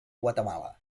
guatemala